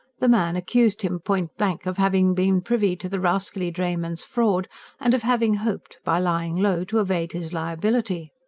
the man accused him point-blank of having been privy to the rascally drayman's fraud and of having hoped, by lying low, to evade his liability.